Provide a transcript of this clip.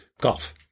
golf